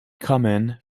common